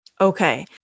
Okay